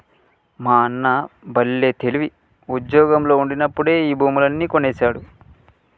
మా అన్న బల్లే తెలివి, ఉజ్జోగంలో ఉండినప్పుడే ఈ భూములన్నీ కొనేసినాడు